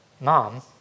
mom